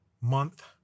month